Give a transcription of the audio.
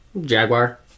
Jaguar